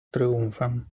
triumfem